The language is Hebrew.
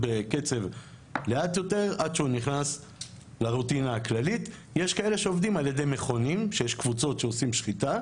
יש את המנגנונים שבהם אנשים לומדים שחיטה.